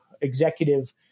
executive